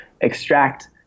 extract